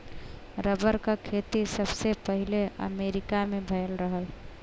rubber क खेती सबसे पहिले अमरीका में भयल रहल